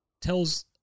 tells